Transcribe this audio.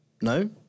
No